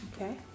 Okay